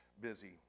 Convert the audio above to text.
busy